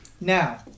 Now